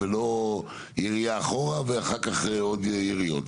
ולא ירייה אחורה ואחר כך עוד יריות.